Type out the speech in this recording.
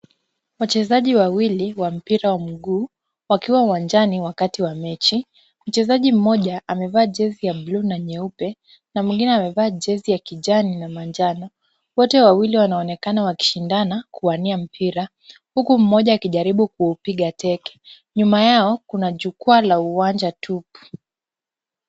Wachezaji wawili wa mpira wa mguu wakiwa uwanjani wakati wa mechi. Mchezaji mmoja amevaa jezi ya blue na nyeupe na mwingine amevaa jezi ya kijani na manjano. Wote wawili wanaonekana wakishindana kuwania mpira, huku mmoja akijaribu kuupiga teke. Nyuma yao kuna jukwaa la uwanja tupu.